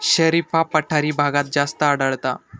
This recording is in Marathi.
शरीफा पठारी भागात जास्त आढळता